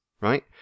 right